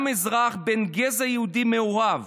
גם אזרח בן גזע יהודי מעורב